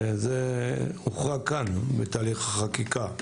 זה הוחרג כאן בתהליך החקיקה.